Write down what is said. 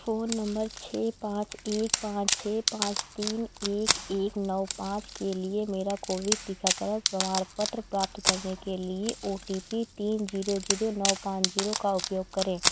phone number छः पाँच एक पाँच छः पाँच तीन एक एक नौ पाँच के लिए मेरा कोविड टीकाकरण प्रमाणपत्र प्राप्त करने के लिए ओ टी पी तीन जीरो जीरो नौ पाँच जीरो का उपयोग करें